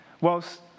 whilst